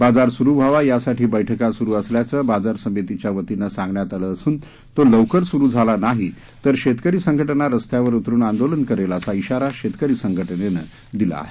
बाजार सुरु व्हावा यासाठी बैठका सुरु असल्याचे बाजार समितीच्या वतीने सांगण्यात आल असून तो लवकर सुरु झाला नाही तर शेतकरी संघटना रस्त्यावर उतरुन आंदोलन करेल असा इशारा शेतकरी संघटनेने दिला आहे